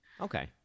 Okay